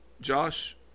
Josh